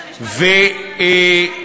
בית-המשפט,